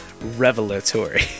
revelatory